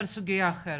אבל סוגיה אחרת.